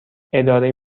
اداره